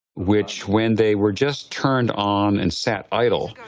which, when they were just turned on and set idle,